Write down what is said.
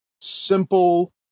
simple